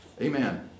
Amen